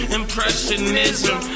impressionism